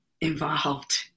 involved